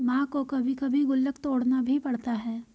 मां को कभी कभी गुल्लक तोड़ना भी पड़ता है